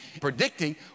predicting